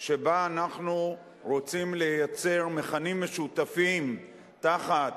שבה אנחנו רוצים לייצר מכנים משותפים תחת